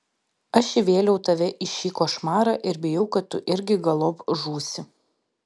aš įvėliau tave į šį košmarą ir bijau kad tu irgi galop žūsi